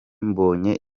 mbonye